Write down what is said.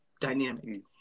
dynamic